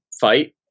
fight